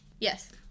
Yes